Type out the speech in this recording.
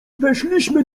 weszliśmy